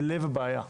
בלב הבעיה.